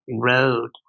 road